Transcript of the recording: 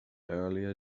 earlier